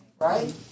Right